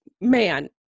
man